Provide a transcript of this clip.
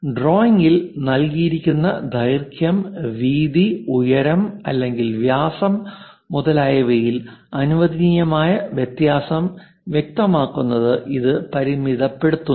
ഡ്രോയിംഗിൽ നൽകിയിരിക്കുന്ന ദൈർഘ്യം വീതി ഉയരം അല്ലെങ്കിൽ വ്യാസം മുതലായവയിൽ അനുവദനീയമായ വ്യത്യാസം വ്യക്തമാക്കുന്നത് ഇത് പരിമിതപ്പെടുത്തുന്നു